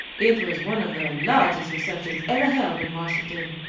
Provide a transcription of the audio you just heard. it was one of the largest receptions ever held in washington.